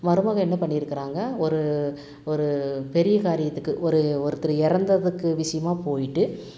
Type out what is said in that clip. மருமகள் என்ன பண்ணிருக்கிறாங்க ஒரு ஒரு பெரிய காரியத்துக்கு ஒரு ஒருத்தர் இறந்ததுக்கு விஷயமா போய்ட்டு